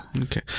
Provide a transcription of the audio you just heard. Okay